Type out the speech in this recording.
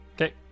Okay